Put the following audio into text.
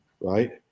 Right